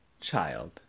Child